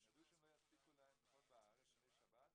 הם ידעו שהם לא יספיקו לנחות בארץ לפני שבת,